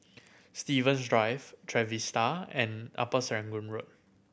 Stevens Drive Trevista and Upper Serangoon Road